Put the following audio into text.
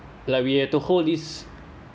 like we have to hold this